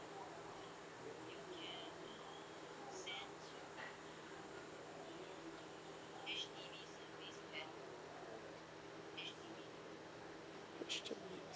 H_D_B